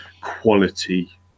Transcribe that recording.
quality